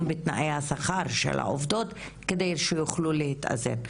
תנאי השכר וההעסקה על מנת שיוכלו להתאזן.